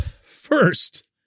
first